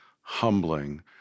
humbling